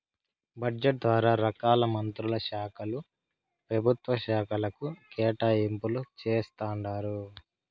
budget ద్వారా రకాల మంత్రుల శాలకు, పెభుత్వ శాకలకు కేటాయింపులు జేస్తండారు